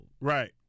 Right